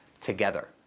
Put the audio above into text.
together